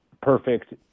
perfect